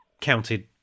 counted